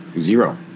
zero